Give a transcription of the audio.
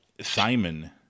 Simon